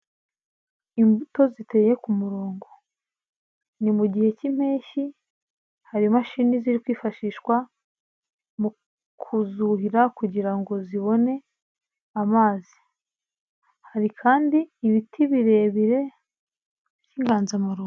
Imbuto ziteye ku murongo, ni mu gihe k'imppeshyi hari imashini ziri kwifashishwa mu kuzuhira kugira ngo zibone amazi, hari kandi ibiti birebire by'inganzamarumbo.